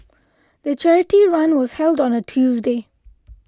the charity run was held on a Tuesday